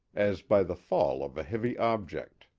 as by the fall of a heavy object.